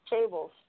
tables